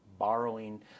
Borrowing